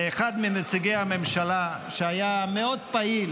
שאחד מנציגי הממשלה שהיה מאוד פעיל